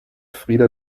frida